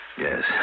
Yes